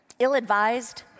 ill-advised